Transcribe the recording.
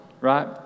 right